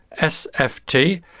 sft